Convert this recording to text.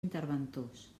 interventors